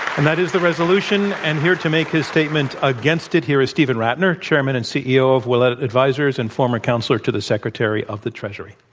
and that is the resolution. and here to make his statement against it, here is steven rattner, chairman and ceo of willett advisors and former counselor to the secretary of the treasury.